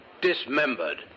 Dismembered